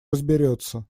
разберется